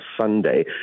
Sunday